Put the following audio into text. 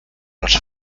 los